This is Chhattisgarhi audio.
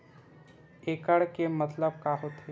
एकड़ के मतलब का होथे?